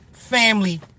Family